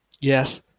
Yes